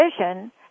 vision